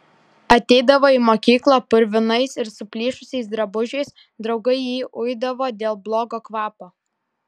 ateidavo į mokyklą purvinais ir suplyšusiais drabužiais draugai jį uidavo dėl blogo kvapo